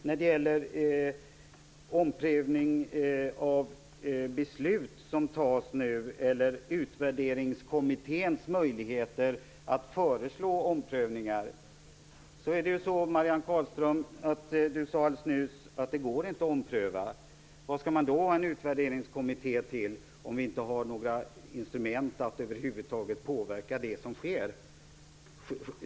När det gäller omprövning av beslut som tas eller utvärderingskommitténs möjligheter att föreslå omprövningar sade Marianne Carlström alldeles nyss att det inte går att ompröva. Vad skall man ha en utvärderingskommitté till om vi inte har några instrument att över huvud taget påverka det som sker?